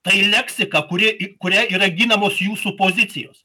tai leksika kuri kuria yra ginamos jūsų pozicijos